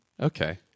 okay